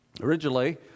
originally